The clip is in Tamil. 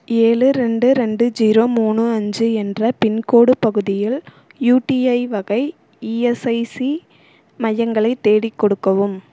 ஏழு ரெண்டு ரெண்டு ஜீரோ மூணு அஞ்சு என்ற பின்கோடு பகுதியில் யூடிஐ வகை இஎஸ்ஐசி மையங்களைத் தேடிக் கொடுக்கவும்